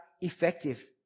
effective